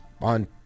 on